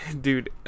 dude